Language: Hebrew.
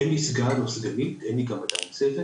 אין לי סגן ואין לי סגנית, אין לי גם עדיין צוות.